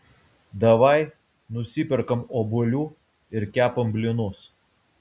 davai nusiperkam obuolių ir kepam blynus